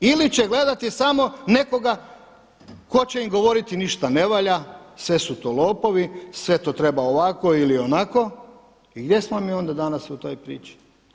Ili će gledati samo nekoga tko će im govoriti ništa ne valja, sve su to lopovi, sve to treba ovako ili onako i gdje smo mi onda danas u toj priči?